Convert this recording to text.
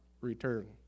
return